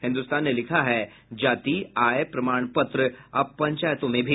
हिन्दुस्तान ने लिखा है जाति आय प्रमाण अब पंचायतों में भी